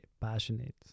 passionate